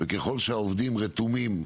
ככל שהעובדים רתומים,